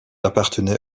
appartenait